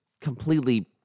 completely